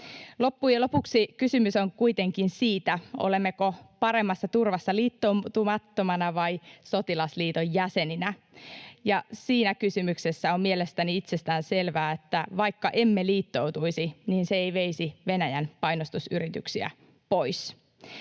Loppujen lopuksi kysymys on kuitenkin siitä, olemmeko paremmassa turvassa liittoutumattomana vai sotilasliiton jäseninä, ja siinä kysymyksessä on mielestäni itsestäänselvää, että vaikka emme liittoutuisi, niin se ei veisi Venäjän painostusyrityksiä pois.